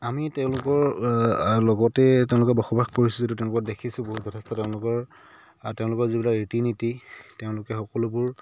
আমি তেওঁলোকৰ লগতে তেওঁলোকে বসবাস কৰিছিলোঁ তেওঁলোকক দেখিছো বহুত যথেষ্ট তেওঁলোকৰ তেওঁলোকৰ যিবিলাক ৰীতি নীতি তেওঁলোকে সকলোবোৰ